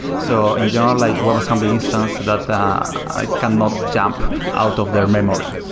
so in general, like webassembly instance that i cannot jump out of their memory.